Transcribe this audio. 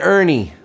Ernie